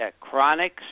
chronic